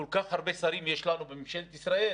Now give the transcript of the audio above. כל כך הרבה שרים יש לנו בממשלת ישראל,